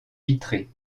vitré